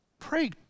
Pray